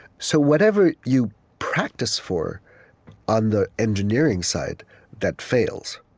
so whatever you practice for on the engineering side that fails